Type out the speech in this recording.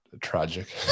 tragic